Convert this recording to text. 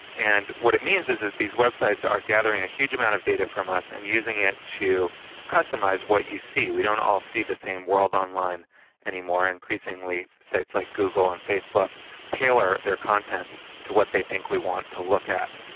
and what it means is that these websites are gathering a huge amount of data from us and using it to customise what you see. we don't all see the same world online any more. increasingly sites like google and facebook tailor their content to what they think we want to look at.